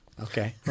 Okay